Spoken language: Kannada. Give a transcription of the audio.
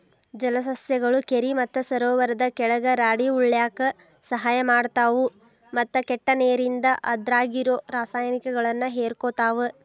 ಜಲಸಸ್ಯಗಳು ಕೆರಿ ಮತ್ತ ಸರೋವರದ ಕೆಳಗ ರಾಡಿ ಉಳ್ಯಾಕ ಸಹಾಯ ಮಾಡ್ತಾವು, ಮತ್ತ ಕೆಟ್ಟ ನೇರಿಂದ ಅದ್ರಾಗಿರೋ ರಾಸಾಯನಿಕಗಳನ್ನ ಹೇರಕೋತಾವ